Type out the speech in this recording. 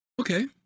Okay